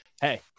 Hey